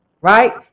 right